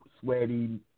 sweaty